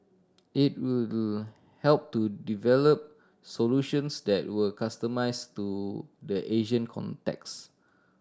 it will help to develop solutions that were customised to the Asian context